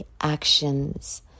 actions